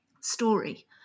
story